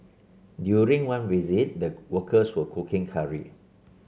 during one visit the workers were cooking curry